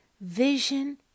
vision